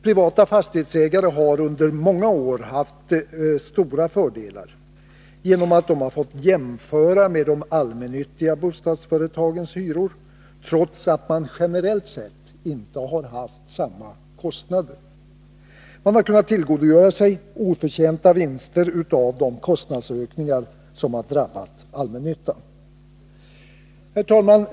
Privata fastighetsägare har under många år haft stora fördelar genom att de fått jämföra med allmännyttiga bostadsföretags hyror trots att de generellt sett inte har haft samma kostnader. De har kunnat tillgodogöra sig oförtjänta vinster av de kostnadsökningar som drabbat allmännyttan. Herr talman!